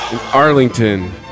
Arlington